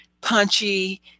punchy